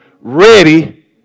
ready